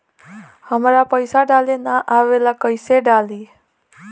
हमरा पईसा डाले ना आवेला कइसे डाली?